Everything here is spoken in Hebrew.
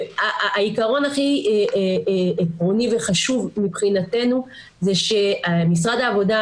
העיקרון הכי עקרוני וחשוב מבחינתנו זה שמשרד העבודה,